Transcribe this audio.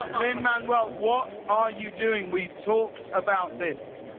lin-manuel, what are you doing? we talked about this.